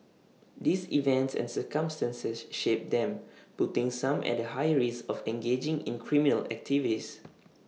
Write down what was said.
these events and circumstances shape them putting some at A higher risk of engaging in criminal activities